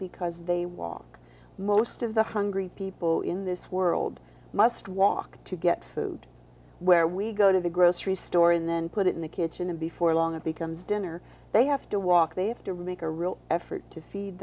because they walk most of the hungry people in this world must walk to get food where we go to the grocery store and then put it in the kitchen and before long it becomes dinner they have to walk they have to remake a real effort to feed